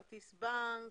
כרטיס בנק,